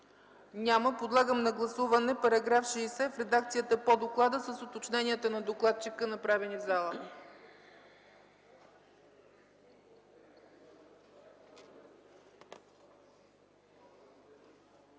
Няма. Подлагам на гласуване § 60 в редакцията по доклада с уточненията на докладчика, направени в залата.